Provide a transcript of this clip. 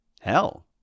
Hell